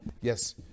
Yes